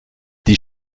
die